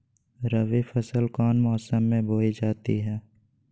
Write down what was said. रबी फसल कौन मौसम में बोई जाती है?